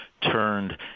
turned